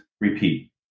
repeat